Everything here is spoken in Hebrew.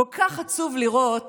כל כך עצוב לראות